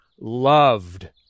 loved